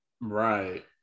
Right